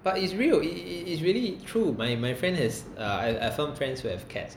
but it's real it it it's really true my my friend has uh I have some friends who have cats